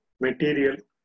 material